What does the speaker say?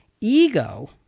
Ego